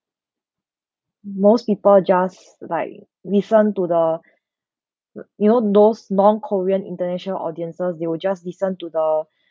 most people just like listen to the uh you know those non-korean international audiences they will just listen to the